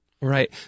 Right